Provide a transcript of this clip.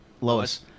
Lois